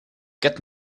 get